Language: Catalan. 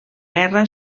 guerra